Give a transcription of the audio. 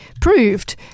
proved